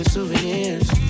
souvenirs